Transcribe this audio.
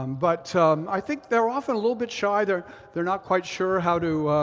um but i think they are often a little bit shy. they're they're not quite sure how to